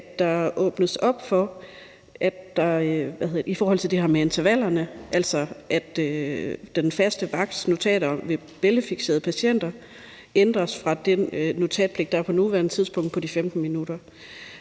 der åbnes op for det her med intervallerne, altså at den faste vagts notater ved bæltefikserede patienter ændres fra den notatpligt, der er på nuværende tidspunkt, og som er på 15 minutter.